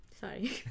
Sorry